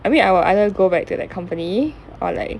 I mean I will either go back to that company or like